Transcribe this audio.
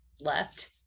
left